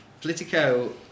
Politico